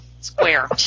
square